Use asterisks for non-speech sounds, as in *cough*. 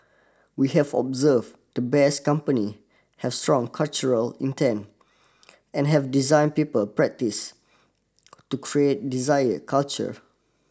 we have observe to 'Best Company' have strong cultural intent *noise* and have designed people practice *noise* to create desired culture